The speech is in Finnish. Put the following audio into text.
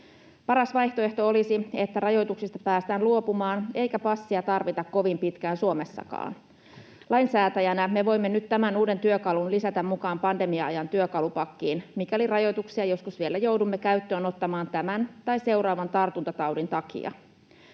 Paras vaihtoehto olisi, että rajoituksista päästään luopumaan eikä passia tarvita kovin pitkään Suomessakaan. Lainsäätäjinä me voimme nyt lisätä tämän uuden työkalun mukaan pandemia-ajan työkalupakkiin, mikäli rajoituksia joskus vielä joudumme käyttöön ottamaan tämän tai seuraavan tartuntataudin takia.